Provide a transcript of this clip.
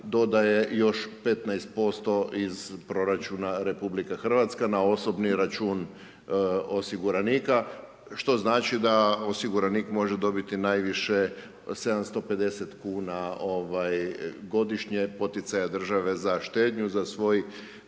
dodaje još 15% iz proračuna Republike Hrvatske na osobni račun osiguranika, što znači da osiguranik može dobiti najviše 750 kuna godišnje poticaja države za štednju za svoj